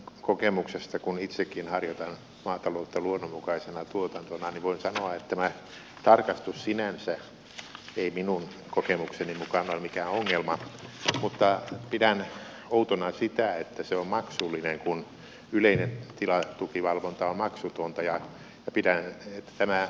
kokemuksesta kun itsekin harjoitan maataloutta luonnonmukaisena tuotantona voin sanoa että tämä tarkastus sinänsä ei minun kokemukseni mukaan ole mikään ongelma mutta pidän outona sitä että se on maksullinen kun yleinen tilatukivalvonta on maksutonta